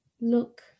look